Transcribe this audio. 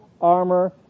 armor